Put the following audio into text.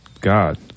God